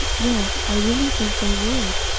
yes, i really think they would,